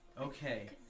Okay